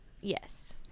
yes